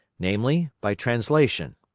namely, by translation.